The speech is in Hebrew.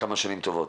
כמה שנים טובות.